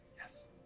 Yes